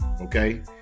okay